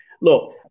Look